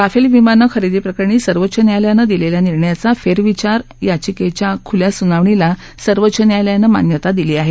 Rafale विमान खरेदी प्रकरणी सर्वोच्च न्यायालयानं दिलेल्या निर्णयाचा फेरविचार याचिकेच्या खुल्या सुनावणीला सर्वोच्च न्यायालयानं मान्यता दिली आहे